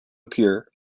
appear